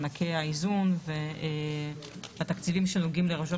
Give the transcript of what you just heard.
מענקי האיזון והתקציבים שנוגעים לרשויות